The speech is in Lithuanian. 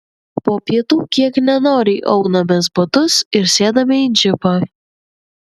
po pietų kiek nenoriai aunamės batus ir sėdame į džipą